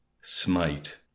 Smite